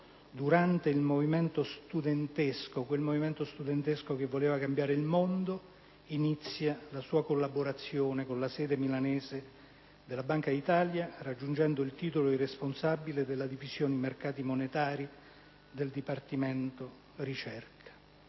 durante il movimento studentesco - quel movimento che voleva cambiare il mondo - inizia la sua collaborazione con la sede milanese della Banca d'Italia, raggiungendo il titolo di responsabile della Divisione mercati monetari del Dipartimento ricerca.